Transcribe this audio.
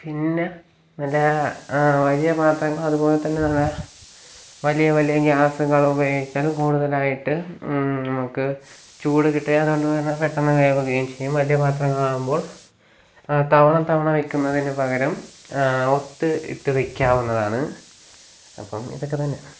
പിന്നെ നല്ല വലിയ പാത്രങ്ങൾ അതുപോലെതന്നെ നമ്മുടെ വലിയ വലിയ ഗ്യാസുകളുപയോഗിക്കൽ കൂടുതലായിട്ട് നമുക്കു ചൂടു കിട്ടിയാൽത്തന്നെ അതു പെട്ടെന്നു വേകുകയും ചെയ്യും വലിയ പാത്രങ്ങളാകുമ്പോൾ തവണത്തവണ വെക്കുന്നതിന് പകരം ഒത്ത് ഇട്ടു വെയ്ക്കാവുന്നതാണ് അപ്പം ഇതൊക്കെത്തന്നെ